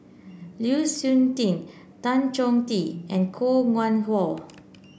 Lu Suitin Tan Choh Tee and Koh Nguang How